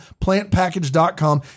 Plantpackage.com